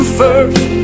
first